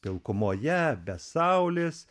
pilkumoje be saulės